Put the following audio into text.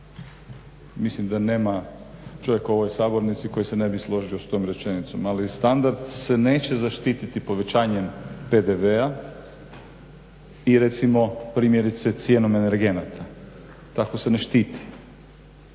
Mislim da nema čovjeka u ovoj sabornici koji se ne bi složio s tom rečenicom, ali standard se neće zaštititi povećanjem PDV-a i recimo primjerice cijenom energenata. Tako se ne štiti.